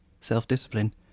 self-discipline